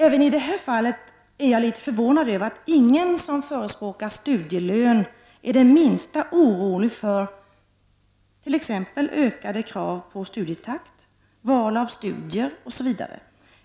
Även i detta fall är jag litet förvånad över att ingen som förespråkar studielön är det minsta orolig för t.ex. krav på ökad studietakt, val av studier, osv.